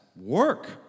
Work